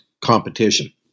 competition